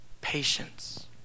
patience